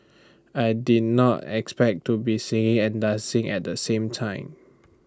I did not expect to be singing and dancing at the same time